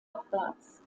abwärts